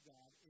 God